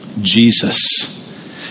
Jesus